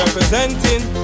Representing